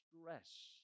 stress